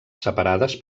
separades